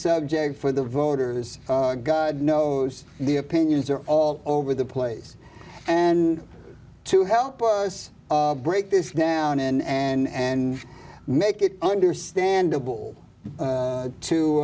subject for the voters god knows the opinions are all over the place and to help us break this down in and make it understandable to to